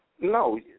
No